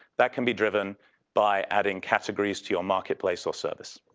that can be driven by adding categories to your marketplace or service.